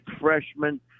freshman